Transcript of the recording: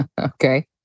Okay